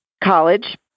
college